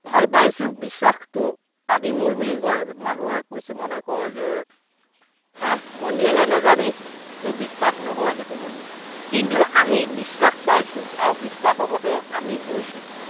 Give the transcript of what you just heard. ভাল পাইছোঁ বিশ্বাসটো আদি মূল বুলি কয় মানুহে কিছুমানে কয় যে এ মন্দিৰলৈ নাযাবি বিশ্বাস নহয় সেইটো মন্দিৰ কিন্তু আমি বিশ্বাস পাইছোঁ আৰু বিশ্বাসৰ মতে আমি গৈছোঁ